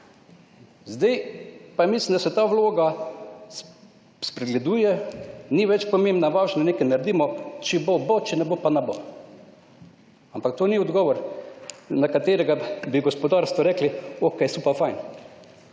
Zdaj pa mislim, da se ta vloga spregleduje, ni več pomembno, važno je, da nekaj naredimo – če bo, bo, če ne bo, pa ne bo. Ampak to ni odgovor, na katerega bi v gospodarstvu rekli »Okej, super, fajn«.